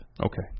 Okay